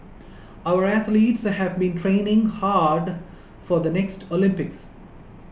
our athletes have been training hard for the next Olympics